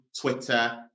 Twitter